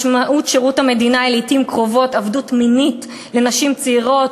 משמעות 'שירות' המדינה היא לעתים קרובות עבדות מינית לנשים צעירות,